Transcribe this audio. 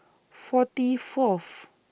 forty Fourth